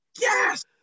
yes